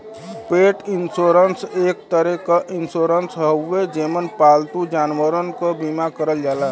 पेट इन्शुरन्स एक तरे क इन्शुरन्स हउवे जेमन पालतू जानवरन क बीमा करल जाला